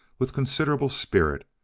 with considerable spirit.